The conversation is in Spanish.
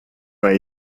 hay